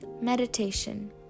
meditation